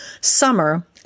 Summer